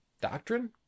doctrine